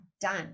done